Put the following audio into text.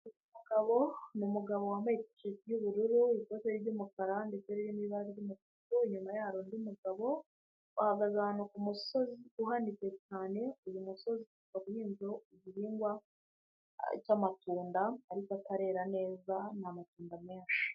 umugabo ni numugabo wambaye ti shati y'ubururu, ikote ry'umukara nyuma y'undi mugabo uhagaze ahantu kumusozi uhanitse cyane. Uyu musozi uriho igihingwa cya'matunda ariko atarera neza. Ni amatunda menshi.